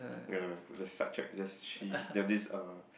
no no no just sidetrack just she there's this